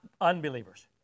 unbelievers